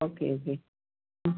okay okay ആ